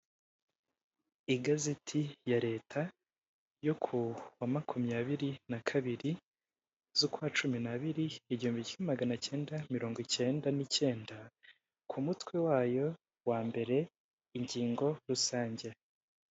Igazeti ya Leta yo kuwa makumyabiri na kabiri zo kuwa cumi na kabiri igihumbi kimwe maganacyenda mirongo icyenda n'icyenda, ku mutwe wayo wa mbere, ingingo rusange.